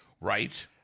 Right